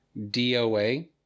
DOA